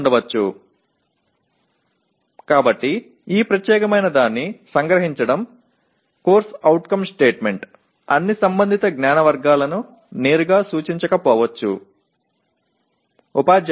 எனவே இந்த குறிப்பிட்ட ஒன்றை சுருக்கமாகக் கூறும்போது CO அறிக்கை சம்பந்தப்பட்ட அனைத்து அறிவு வகைகளையும் நேரடியாகக் குறிக்கலாம் அல்லது குறிக்கக்கூடாது